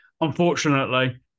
unfortunately